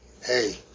Hey